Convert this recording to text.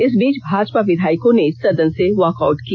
इस बीच भाजपा विधायकों ने सदन से वॉकआउट किया